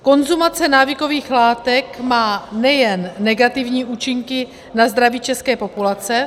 Konzumace návykových látek má nejen negativní účinky na zdraví české populace...